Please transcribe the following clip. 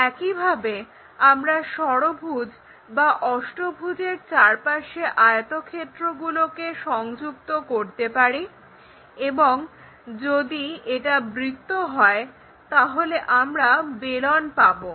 একইভাবে আমরা ষড়ভুজ বা অষ্টভুজের চারপাশে আয়তক্ষেত্রগুলোকে সংযুক্ত করতে পারি এবং যদি এটা বৃত্ত হয় তাহলে আমরা বেলন পাবো